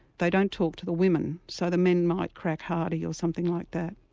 they don't talk to the women so the men might crack hardy or something like that.